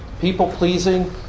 people-pleasing